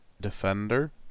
Defender